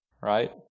right